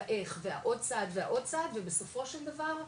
איך ועוד צעד ועוד צעד ובסופו של דבר,